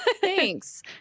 Thanks